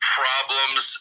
problems